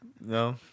No